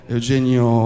Eugenio